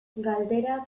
galdera